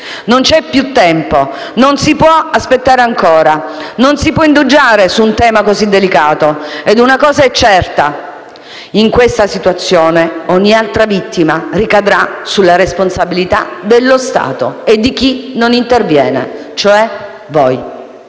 Non c'è più tempo, non si può aspettare ancora, non si può indugiare su un tema così delicato. Una cosa è certa: in questa situazione ogni altra vittima ricadrà sulla responsabilità dello Stato e di chi non interviene, cioè voi.